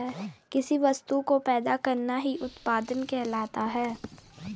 किसी वस्तु को पैदा करना ही उत्पादन कहलाता है